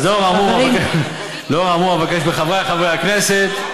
אז לאור האמור, אבקש מחבריי חברי הכנסת,